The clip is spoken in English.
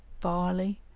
barley,